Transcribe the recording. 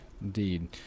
Indeed